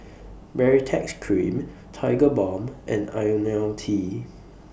Baritex Cream Tigerbalm and Ionil T